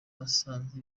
nasanze